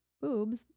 Boobs